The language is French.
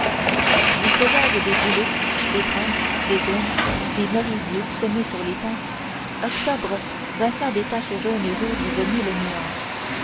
du feuillage des bouleaux des trembles des aunes des merisiers semés sur les pentes octobre vint faire des taches jaunes et rouges de mille nuances